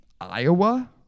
Iowa